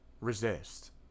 resist